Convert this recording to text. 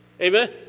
amen